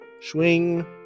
Swing